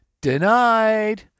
denied